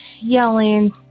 yelling